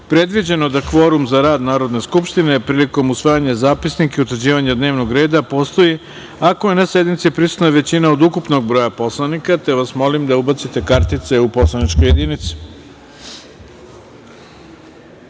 predviđeno da kvorum za rad Narodne skupštine, prilikom usvajanja zapisnika i utvrđivanja dnevnog reda, postoji ako je na sednici prisutna većina od ukupnog broja narodnih poslanika, te vas molim da ubacite kartice u poslaničke